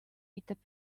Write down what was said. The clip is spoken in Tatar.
итеп